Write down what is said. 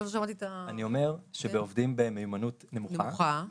אני אומר שבעובדים במיומנות נמוכה,